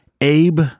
abe